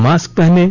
mask पहनें